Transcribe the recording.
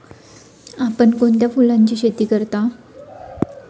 आपण कोणत्या फुलांची शेती करता?